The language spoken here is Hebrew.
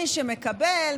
מי שמקבל,